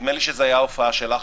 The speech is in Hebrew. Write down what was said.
נדמה לי שזו הייתה הופעה שלך,